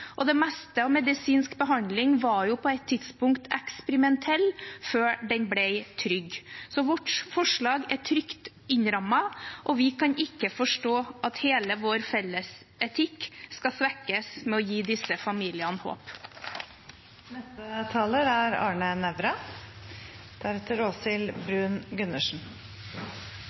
og det meste av medisinsk behandling var jo på et tidspunkt eksperimentell før den ble trygg. Så vårt forslag er trygt innrammet, og vi kan ikke forstå at hele vår felles etikk skal svekkes med å gi disse familiene håp. Ingen skal si at de spørsmålene vi diskuterer i dag, er